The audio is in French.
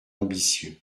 ambitieux